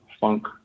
funk